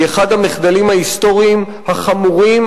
היא אחד המחדלים ההיסטוריים החמורים,